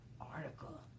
article